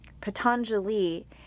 Patanjali